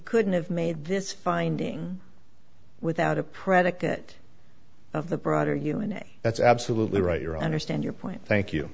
couldn't have made this finding without a predicate of the broader human and that's absolutely right you're understand your point thank you